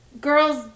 girls